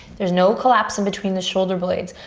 there's no collapse in between the shoulder blades.